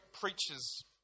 preachers